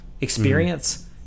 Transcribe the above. experience